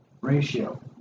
ratio